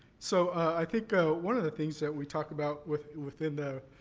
so, i think, ah one of the things that we talk about within within the